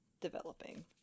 Developing